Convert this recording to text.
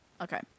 okay